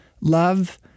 Love